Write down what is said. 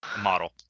Model